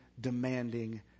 demanding